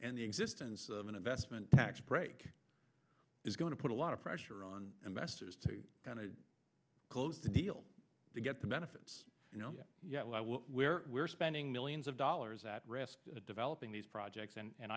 and the existence an investment tax break is going to put a lot of pressure on investors to kind of close the deal to get the benefits you know where we're spending millions of dollars at rest developing these projects and